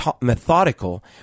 methodical